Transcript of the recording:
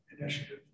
initiative